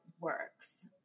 works